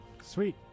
Sweet